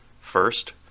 First